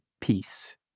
peace